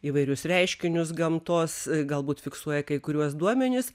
įvairius reiškinius gamtos galbūt fiksuoja kai kuriuos duomenis